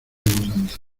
mudanza